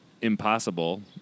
impossible